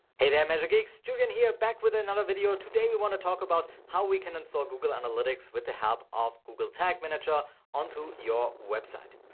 hey there, measuregeeks. julian here back with another video. today, we want to talk about how we can install google analytics with the help of google tag manager onto your website.